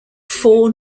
four